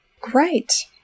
Great